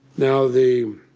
now the